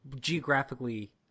geographically